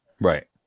Right